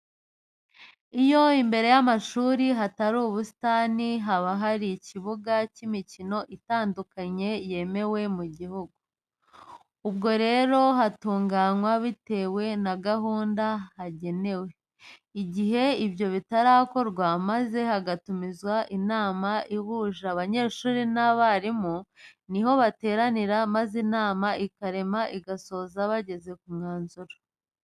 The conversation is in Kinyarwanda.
Iyo imbere y'amashuri hatari ubusitani haba hari ikibuga cy'imikino itadukanye yemewe mu gihugu; ubwo rero hatunganwa bitewe na gahunda hagenewe; igihe ibyo bitarakorwa maze hagatumizwa inama ihuje abanyeshuri bose n'abarimu, ni ho bateranira maze inama ikarema igasoza bageze ku mwanzuro.